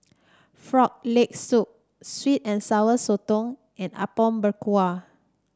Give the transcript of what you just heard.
Frog Leg Soup sweet and Sour Sotong and Apom Berkuah